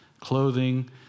clothing